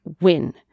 win